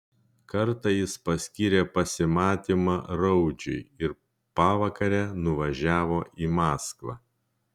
kartą jis paskyrė pasimatymą raudžiui ir pavakare nuvažiavo į maskvą